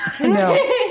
No